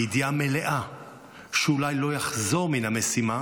בידיעה מלאה שאולי לא יחזור מן המשימה